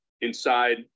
inside